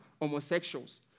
homosexuals